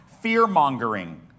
fear-mongering